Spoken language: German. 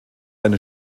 eine